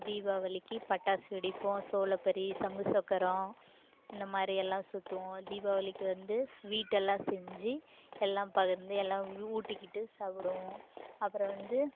தீபாவளிக்கு பட்டாசு வெடிப்போம் சோளப்பொறி சங்குசக்கரம் இந்த மாதிரி எல்லாம் சுற்றுவோம் தீபாவளிக்கு வந்து ஸ்வீட்டெல்லாம் செஞ்சு எல்லாம் பகிர்ந்து எல்லாம் ஊட்டிக்கிட்டு சாப்பிடுவோம் அப்புறம் வந்து